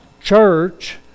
church